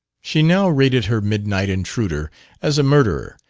she now rated her midnight intruder as a murderer,